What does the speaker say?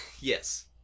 Yes